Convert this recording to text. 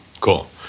cool